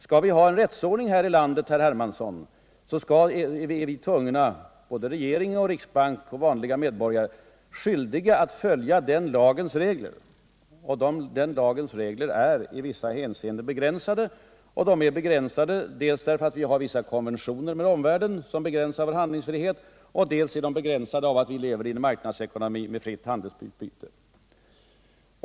Skall vi ha en rättsordning här i landet är både regering, riksbank och vanliga medborgare skyldiga att följa lagreglerna. De här aktuella lagreglerna är begränsande dels därför att vi har vissa konventioner med omvärlden, dels därför att vi lever i en marknadsekonomi med fritt handelsutbyte.